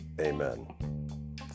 amen